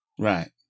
Right